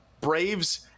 braves